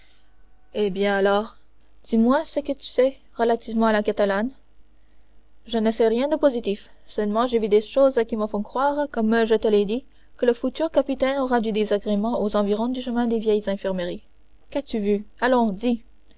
eh bien alors dis-moi ce que tu sais relativement à la catalane je ne sais rien de bien positif seulement j'ai vu des choses qui me font croire comme je te l'ai dit que le futur capitaine aura du désagrément aux environs du chemin des vieilles infirmeries qu'as-tu vu allons